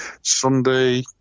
Sunday